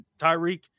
Tyreek